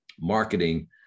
marketing